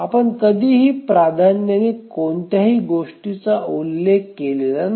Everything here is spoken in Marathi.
आपण कधीही प्राधान्याने कोणत्याही गोष्टीचा उल्लेख केलेला नाही